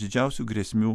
didžiausių grėsmių